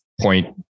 point